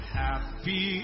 happy